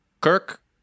Kirk